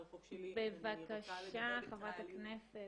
בבקשה, חברת הכנסת.